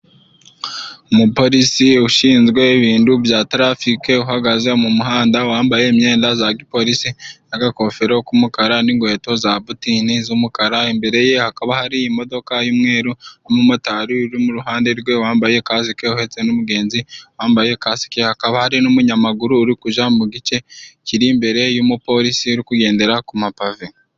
Umupolisi ushinzwe ibintu bya tarafike, uhagaze mu muhanda ,wambaye imyenda za gipolisi n'akagofero k'umukara n'inkweto za butini z'umukara. imbere ye hakaba hari imodoka y'umweru n'umumotari uri iruhande rwe wambaye kasike uhetse n'umugenzi wambaye kasike, hakaba hari n'umunyamaguru uri kujya mu gice kiri imbere y'umupolisi uri kugendera ku mapave.